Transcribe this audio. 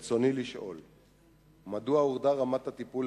רצוני לשאול: 1. מדוע הורדה רמת הטיפול